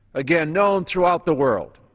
again known throughout the world,